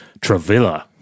Travilla